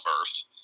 first